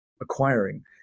acquiring